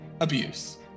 abuse